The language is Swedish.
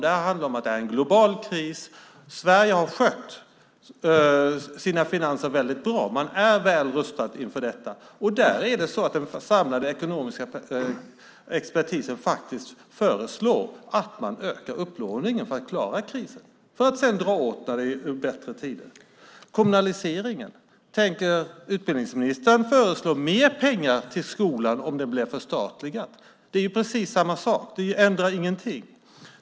Detta handlar om att det är en global kris. Sverige har skött sina finanser väldigt bra. Man är väl rustad inför detta, och den samlade ekonomiska expertisen föreslår faktiskt att man ökar upplåningen för att klara krisen för att sedan dra åt när det är bättre tider. När det gäller kommunaliseringen har jag en fråga: Tänker utbildningsministern föreslå mer pengar till skolan om den blir förstatligad? Det är precis samma sak. Det ändrar ingenting.